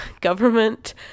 government